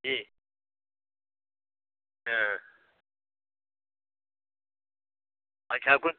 जी हाँ अच्छा कुछ